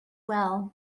well